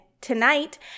tonight